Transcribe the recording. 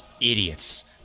idiots